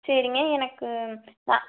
சரிங்க எனக்கு